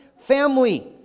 family